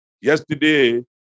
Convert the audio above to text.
Yesterday